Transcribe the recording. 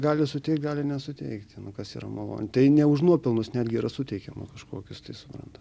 gali suteikt gali nesuteikt nu kas yra malon tai ne už nuopelnus netgi yra suteikiama kažkokius tai suprantat